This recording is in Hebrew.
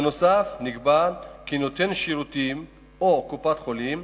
ובנוסף נקבע כי נותן שירותים או קופת-חולים